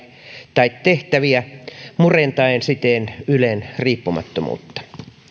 tai tehtäviä murentaen siten ylen riippumattomuutta